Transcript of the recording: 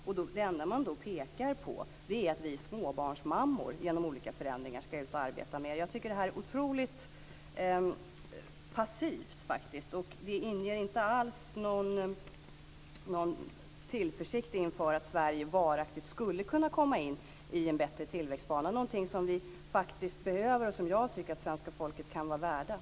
Men det enda man pekar på är att vi småbarnsmammor genom olika förändringar ska ut och arbeta mer. Jag tycker att detta är otroligt passivt. Det inger inte alls någon tillförsikt till att Sverige varaktigt skulle kunna komma in i en bättre tillväxtbana. Det är något som vi skulle behöva och som jag tycker att svenska folket kan vara värt.